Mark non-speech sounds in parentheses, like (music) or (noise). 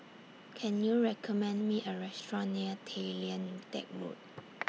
Can YOU recommend Me A Restaurant near Tay Lian Teck Road (noise)